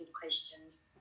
questions